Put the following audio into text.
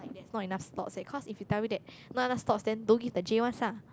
not enough slots leh cause if they tell you that not enough slots then don't give the J ones lah